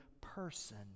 person